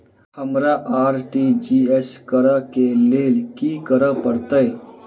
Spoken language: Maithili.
हमरा आर.टी.जी.एस करऽ केँ लेल की करऽ पड़तै?